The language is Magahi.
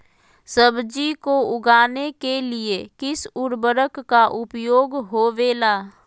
सब्जी को उगाने के लिए किस उर्वरक का उपयोग होबेला?